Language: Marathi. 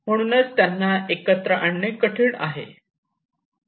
म्हणूनच त्यांना एकत्र आणणे कठीण आहे